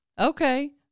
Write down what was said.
Okay